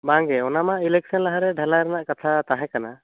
ᱵᱟᱝ ᱜᱮ ᱚᱱᱟ ᱢᱟ ᱤᱞᱮᱠᱥᱮᱱ ᱞᱟᱦᱟᱨᱮ ᱰᱷᱟᱞᱟᱭ ᱨᱮᱱᱟᱜ ᱠᱟᱛᱷᱟ ᱛᱟᱦᱮᱸ ᱠᱟᱱᱟ